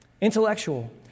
Intellectual